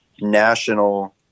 national